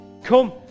Come